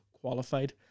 qualified